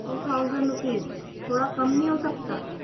to thousand rupees تھوڑا کم نہیں ہو سکتا